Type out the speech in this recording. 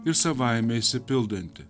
ir savaime išsipildanti